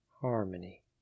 harmony